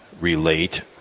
relate